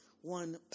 one